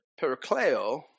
pericleo